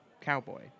Cowboy